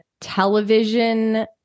television